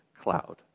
cloud